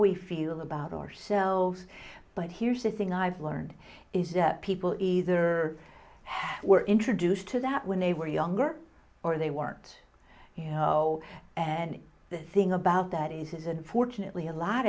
we feel about ourselves but here's the thing i've learned is that people either were introduced to that when they were younger or they weren't you know and the seeing about that is unfortunately a lot